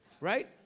right